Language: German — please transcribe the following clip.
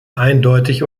eindeutig